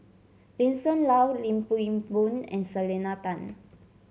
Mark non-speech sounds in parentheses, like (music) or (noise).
Vincent Leow Lim (unintelligible) Boon and Selena Tan